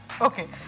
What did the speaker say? Okay